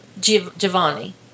Giovanni